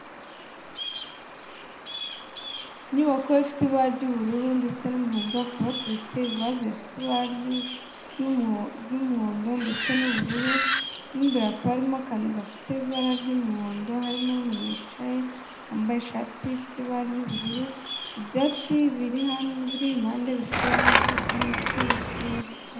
Inyubako ifite ibara ry'ubururu ndetse n'umuhondo, hakaba hateretse ivase rifite ibara ry'umuhondo ndetse n'ubururu, mo imbere hakaba harimo akantu gafite ibara ry'umuhondo harimo n'umuntu wicaye wambaye ishati ifite ibara ry'ubururu, ibyatsi biri impande bifite ibara ry'icyatsi n'ibiti bifite ibara ry'icyayi.